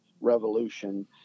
revolution